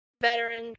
veteran